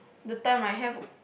the time I have